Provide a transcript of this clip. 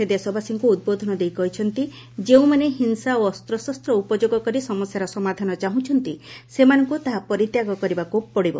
ସେ ଦେଶବାସୀଙ୍କ ଉଦ୍ବୋଧନ ଦେଇ କହିଛନ୍ତି ଯେଉଁମାନେ ହିଂସା ଓ ଅସ୍ତ୍ରଶସ୍ତ ଉପଯୋଗ କରି ସମସ୍ୟାର ସମାଧାନ ଚାହୁଁଛନ୍ତି ସେମାନଙ୍କୁ ତାହା ପରିତ୍ୟାଗ କରିବାକୁ ହେବ